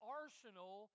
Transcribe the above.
arsenal